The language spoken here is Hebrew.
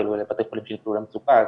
כאילו לבתי חולים שנקלעו למצוקה,